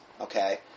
Okay